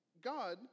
God